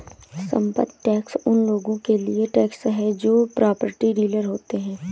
संपत्ति टैक्स उन लोगों के लिए टैक्स है जो प्रॉपर्टी डीलर होते हैं